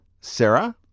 Sarah